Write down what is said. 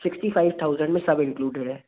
sixty five thousand में सब included है